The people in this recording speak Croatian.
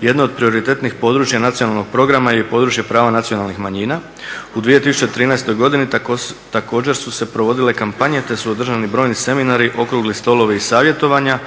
Jedno od prioritetnih područja nacionalnog programa je područje prava nacionalnih manjina. U 2013. godini također su se provodile kampanje te su održani brojni seminari, okrugli stolovi i savjetovanja